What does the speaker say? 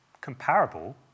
comparable